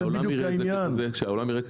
שהעולם יראה.